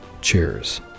Cheers